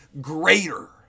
greater